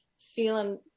feeling